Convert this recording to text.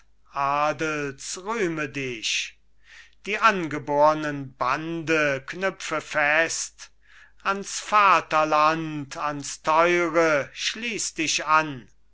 rühme dich die angebornen bande knüpfe fest ans vaterland ans teure schliess dich an